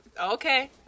Okay